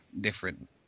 different